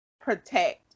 protect